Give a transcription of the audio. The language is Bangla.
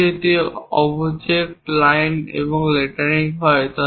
যদি এটি অবজেক্ট লাইন এবং লেটারিং হয়